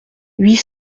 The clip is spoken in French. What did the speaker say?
huit